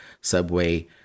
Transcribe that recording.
Subway